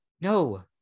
No